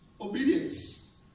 obedience